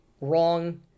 wrong